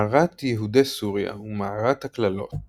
מערת יהודי סוריה ומערת הקללות